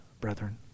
brethren